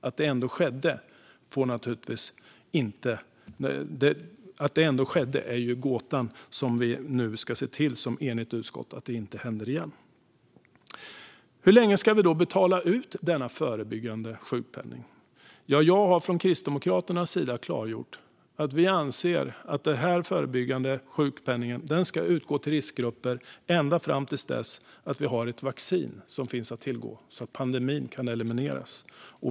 Att det ändå skedde är gåtan och det som vi nu som enigt utskott ska se till inte händer igen. Hur länga ska vi då betala ut denna förebyggande sjukpenning? Jag har från Kristdemokraternas sida klargjort att vi anser att den förebyggande sjukpenningen ska utgå till riskgrupper ända fram till dess att vi har ett vaccin som finns att tillgå så att pandemin kan elimineras.